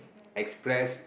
express